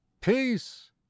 peace